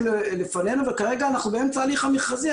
לפנינו וכרגע אנחנו באמצע ההליך המכרזי.